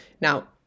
Now